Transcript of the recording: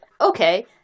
Okay